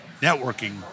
networking